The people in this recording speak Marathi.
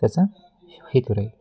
त्याचा हेतू राहील